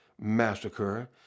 massacre